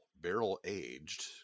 barrel-aged